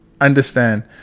understand